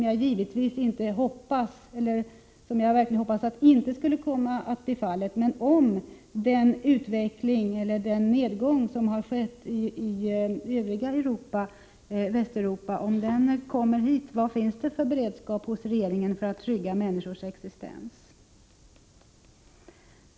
Jag hoppas verkligen att denna inte inträffar. Men om den nedgång i tillgången på arbete som drabbat Övriga västeuropeiska länder skulle nå även Sverige, vad finns det för beredskap hos regeringen för att trygga människors existens?